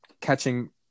catching